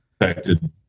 affected